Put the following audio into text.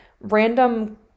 random